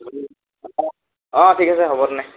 অঁ ঠিক আছে হ'ব তেনে